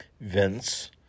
Vince